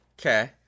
Okay